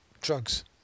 drugs